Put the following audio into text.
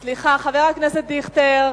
סליחה, חבר הכנסת דיכטר.